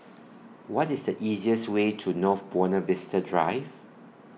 What IS The easiest Way to North Buona Vista Drive